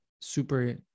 super